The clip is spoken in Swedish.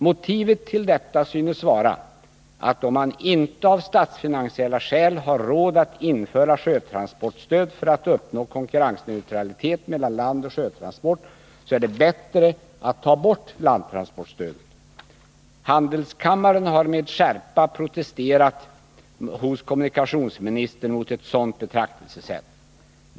Motivet till detta synes vara, att om man inte av statsfinansiella skäl har råd att införa sjötransportstöd för att uppnå konkurrensneutralitet mellan landoch sjötransport, är det bättre att ta bort landtransportstödet. Handelskammaren har med skärpa protesterat hos kommunikationsministern mot ett sådant betraktelsesätt.